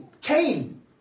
Cain